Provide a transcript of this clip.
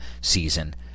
season